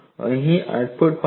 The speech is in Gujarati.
અહીં મેં 8